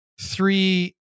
three